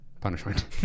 punishment